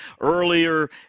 Earlier